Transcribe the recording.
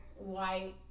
white